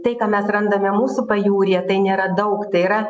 tai ką mes randame mūsų pajūryje tai nėra daug tai yra